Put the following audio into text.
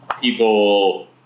people